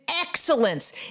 excellence